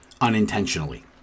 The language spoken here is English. unintentionally